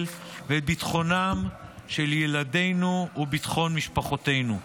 ואת ביטחונם של ילדינו וביטחון משפחותינו.